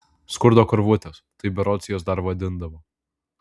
skurdo karvutės taip berods jas dar vadindavo